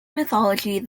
mythology